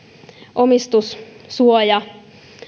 omistussuoja